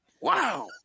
Wow